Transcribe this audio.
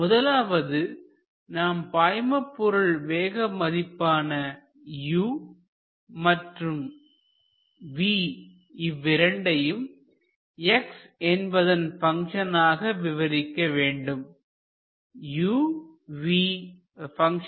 முதலாவது நாம் பாய்மபொருள் வேகமதிப்பான u மற்றும் v இவ்விரண்டையும் x என்பதன் பங்ஷன் ஆக விவரிக்க வேண்டும் uv